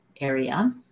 area